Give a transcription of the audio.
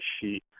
sheet